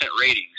ratings